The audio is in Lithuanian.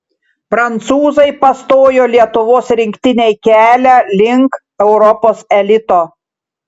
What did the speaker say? prancūzai pastojo lietuvos rinktinei kelią link europos elito